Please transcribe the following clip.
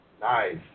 Nice